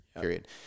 period